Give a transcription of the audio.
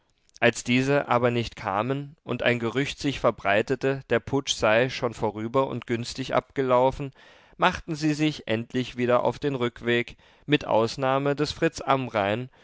als diese aber nicht kamen und ein gerücht sich verbreitete der putsch sei schon vorüber und günstig abgelaufen machten sie sich endlich wieder auf den rückweg mit ausnahme des fritz amrain